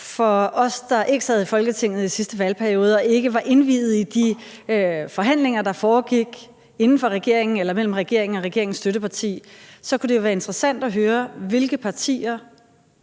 For os, der ikke sad i Folketinget i sidste valgperiode og ikke var indviet i de forhandlinger, der foregik inden for regeringen eller mellem regeringen og regeringens støtteparti, så kunne det jo være interessant at høre, hvilke af de